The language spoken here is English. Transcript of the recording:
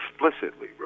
explicitly